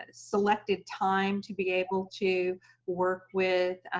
ah selected time to be able to work with